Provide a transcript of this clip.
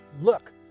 look